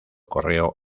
correo